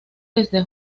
desde